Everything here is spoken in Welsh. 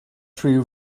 rhyw